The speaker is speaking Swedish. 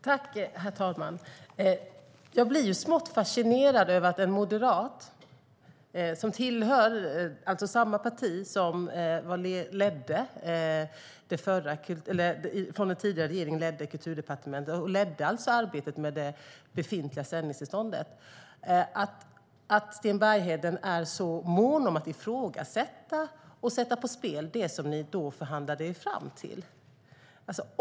Herr talman! Jag blir smått fascinerad över att Sten Bergheden, en ledamot som tillhör det parti som i den tidigare regeringen ledde Kulturdepartementet och alltså ledde arbetet med det befintliga sändningstillståndet, är så mån om att ifrågasätta och sätta på spel det som ni då förhandlade er fram till.